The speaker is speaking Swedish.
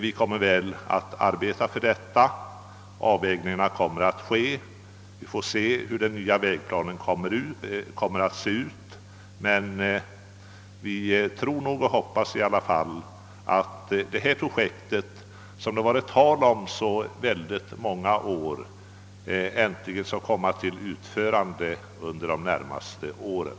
Vi kommer att arbeta för detta när avvägningarna görs — vi får se hur den nya vägplanen kommer att se ut. Vi hoppas och tror emellertid att detta projekt, som man talat om under så många år, äntligen skall kunna komma till utförande under de närmaste åren.